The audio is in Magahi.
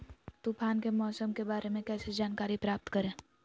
तूफान के मौसम के बारे में कैसे जानकारी प्राप्त करें?